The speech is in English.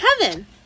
Kevin